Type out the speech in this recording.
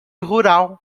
rural